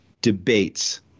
debates